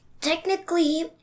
technically